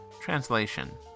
translation